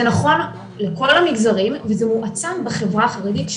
זה נכון לכל המגזרים וזה מועצם בחברה החרדית,